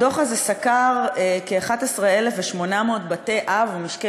הדוח הזה סקר כ-11,800 בתי-אב ומשקי